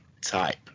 type